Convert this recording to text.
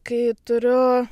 kai turiu